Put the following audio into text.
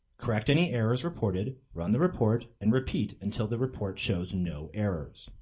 correct any errors reported, run the report, and repeat until the report shows no errors.